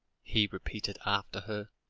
he repeated after her.